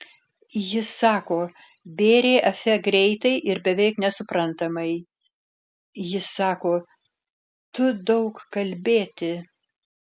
ji sako bėrė afe greitai ir beveik nesuprantamai ji sako tu daug kalbėti